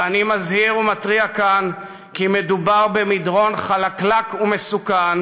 ואני מזהיר ומתריע כאן כי מדובר במדרון חלקלק ומסוכן.